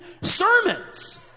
sermons